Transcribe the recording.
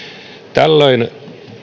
tällöin